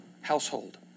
household